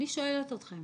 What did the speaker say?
אני שואלת אתכם